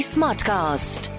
Smartcast